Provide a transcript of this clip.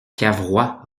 cavrois